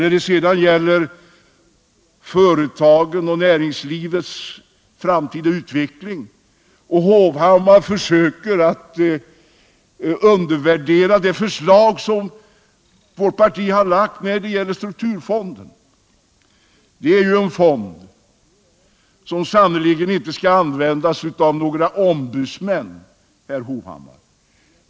När det gäller företagen och näringslivets framtida utveckling försöker herr Hovhammar undervärdera det förslag om en strukturfond som vårt parti har lagt fram. Det är ju en fond som sannerligen inte skall användas av några ombudsmän, herr Hovhammar.